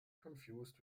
confused